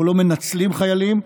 אנחנו לא מנצלים חיילים.